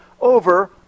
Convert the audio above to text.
over